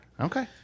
Okay